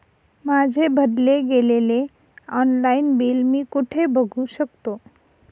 माझे भरले गेलेले ऑनलाईन बिल मी कुठे बघू शकतो?